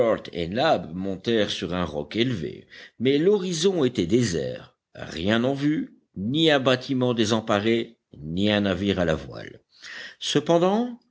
montèrent sur un roc élevé mais l'horizon était désert rien en vue ni un bâtiment désemparé ni un navire à la voile cependant